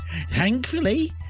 Thankfully